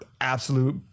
absolute